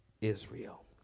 Israel